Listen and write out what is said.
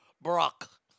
Brock